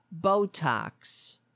Botox